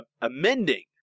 amending